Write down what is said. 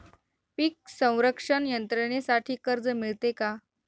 पीक संरक्षण यंत्रणेसाठी कर्ज मिळते का?